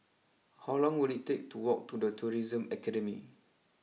how long will it take to walk to the Tourism Academy